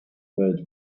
birds